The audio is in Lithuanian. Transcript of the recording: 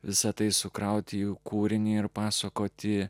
visa tai sukrauti kūrinį ir pasakoti